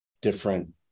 different